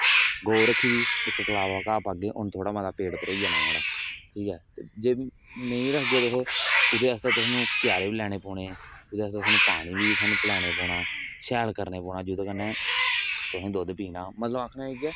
गो रक्खी दी इक कलावा घा पागे उन थोह्ड़ा मता पेट भरोई जाना नुआढ़ा ठीक ऐ जे मेहीं रखगे तुस ओहदे आस्तै तुसेंगी क्यारे बी लेने पौने ओहदे आस्तै थुआनू पानी बी थुआनू पिलाने पौना शैल करना पौना जेहदे कन्नै तुसेंगी दुद्ध बी पीना मतलब आक्खने दा इयै